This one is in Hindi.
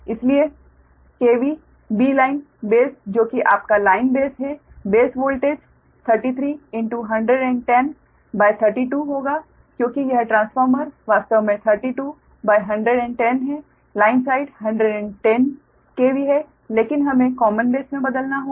इसलिए B line बेस जो कि आपका लाइन बेस है बेस वोल्टेज 3311032 होगा क्योंकि यह ट्रांसफार्मर वास्तव में 32110 है लाइन साइड 110 KV है लेकिन हमें कॉमन बेस में बदलना होगा